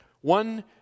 One